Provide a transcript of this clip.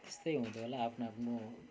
त्यस्तै हुँदो होला आफ्नो आफ्नो